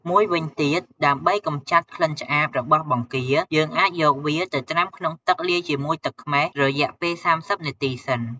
មួយវិញទៀត ដើម្បីកំចាត់ក្លិនច្អាបរបស់បង្គា យើងអាចយកវាទៅត្រាំក្នុងទឹកលាយជាមួយទឹកខ្មេះ រយៈពេល៣០នាទីសិន។